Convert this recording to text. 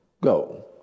go